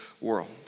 world